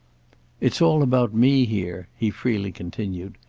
it's all about me here, he freely continued.